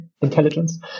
intelligence